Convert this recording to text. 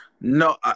No